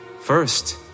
First